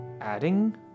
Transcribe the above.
adding